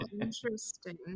interesting